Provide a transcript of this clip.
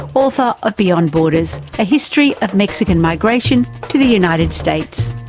author of beyond borders a history of mexican migration to the united states.